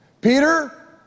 Peter